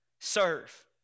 serve